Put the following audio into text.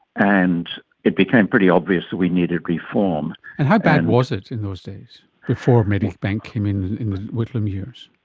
and it became pretty obvious that we needed reform. and how bad was it in those days, before medibank came in in the whitlam years?